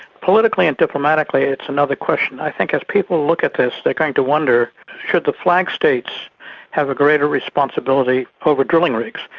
politically and diplomatically it's another question. i think if people look at this they're going to wonder should the flag states have a greater responsibility over drilling rigs?